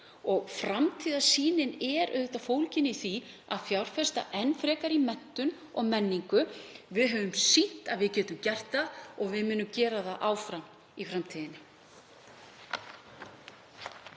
Framtíðarsýnin er auðvitað fólgin í því að fjárfesta enn frekar í menntun og menningu. Við höfum sýnt að við getum gert það og við munum gera það áfram í framtíðinni.